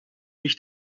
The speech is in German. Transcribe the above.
mich